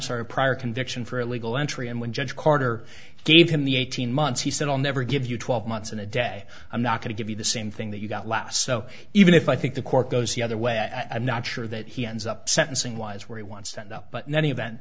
sorry prior conviction for illegal entry and when judge carter gave him the eighteen months he said i'll never give you twelve months and a day i'm not going to give you the same thing that you got last so even if i think the court goes the other way i'm not sure that he ends up sentencing wise where he wants to end up but many